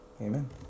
amen